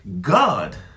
God